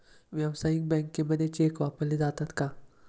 व्यावसायिक बँकांमध्ये चेक वापरले जातात का?